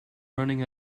running